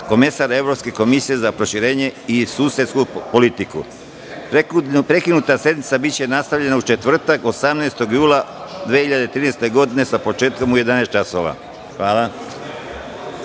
komesar Evropske komisije za proširenje i susedsku politiku. Prekinuta sednica biće nastavljena u četvrtak 18. jula 2013. godine, sa početkom u 11,00 časova.